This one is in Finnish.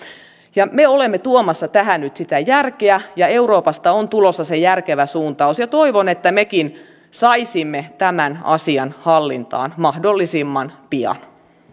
me olemme tuomassa tähän nyt sitä järkeä ja euroopasta on tulossa se järkevä suuntaus ja toivon että mekin saisimme tämän asian hallintaan mahdollisimman pian